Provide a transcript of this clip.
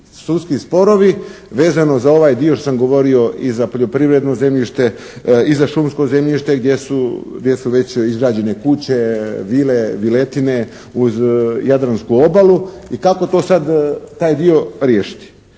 sudski sporovi vezano za ovaj dio što sam govorio i za poljoprivredno zemljište i za šumsko zemljište gdje su već izgrađene kuće, vile, viletine uz Jadransku obalu. I kako to sad, taj dio riješiti?